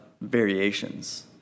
variations